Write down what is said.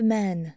men